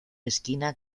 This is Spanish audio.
esquina